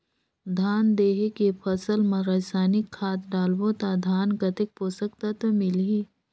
धान देंके फसल मा रसायनिक खाद डालबो ता धान कतेक पोषक तत्व मिलही?